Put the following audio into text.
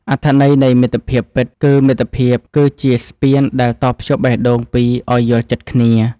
អត្ថន័យនៃមិត្តភាពពិត គឺមិត្តភាពគឺជាស្ពានដែលតភ្ជាប់បេះដូងពីរឱ្យយល់ចិត្តគ្នា។